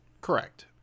Correct